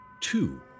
two